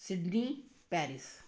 Sydney Paris